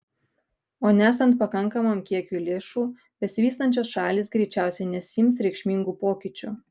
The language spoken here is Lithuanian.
o nesant pakankamam kiekiui lėšų besivystančios šalys greičiausiai nesiims reikšmingų pokyčių